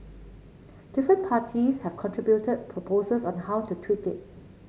different parties have contributed proposals on how to tweak it